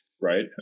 right